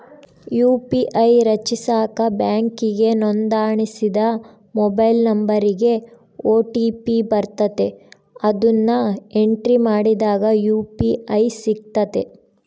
UPI ರಚಿಸಾಕ ಬ್ಯಾಂಕಿಗೆ ನೋಂದಣಿಸಿದ ಮೊಬೈಲ್ ನಂಬರಿಗೆ ಓ.ಟಿ.ಪಿ ಬರ್ತತೆ, ಅದುನ್ನ ಎಂಟ್ರಿ ಮಾಡಿದಾಗ ಯು.ಪಿ.ಐ ಸಿಗ್ತತೆ